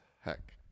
heck